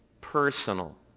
personal